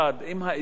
גם עליו,